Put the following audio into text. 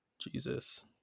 Jesus